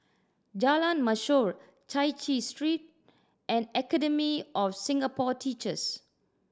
Jalan Mashor Chai Chee Street and Academy of Singapore Teachers